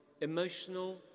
emotional